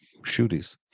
Shooties